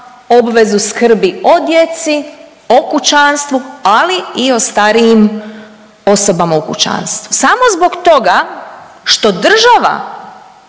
obvezu skrbi o djeci, o kućanstva, ali i o starijim osobama u kućanstvu. Samo zbog toga što država